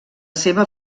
seva